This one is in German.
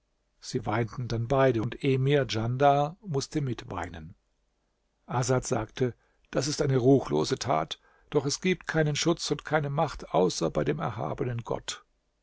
sie weinten dann beide und emir djandar mußte mit weinen asad sagte das ist eine ruchlose tat doch es gibt keinen schutz und keine macht außer bei dem erhabenen gott